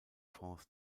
france